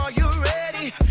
ah you ready?